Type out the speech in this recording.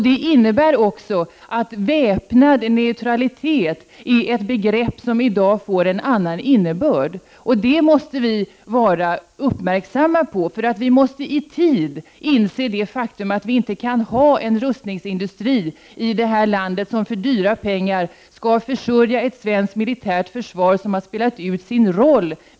Det innebär också att väpnad neutralitet är ett begrepp som i dag får en annan innebörd än tidigare. Det måste vi vara uppmärksamma på. Vi måste inse i tid att vi inte kan ha en rustningsindustri i detta land som för dyra pengar skall försörja ett svenskt militärt försvar som har spelat ut sin roll.